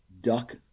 duck